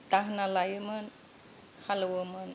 दाहोना लायोमोन हालेवोमोन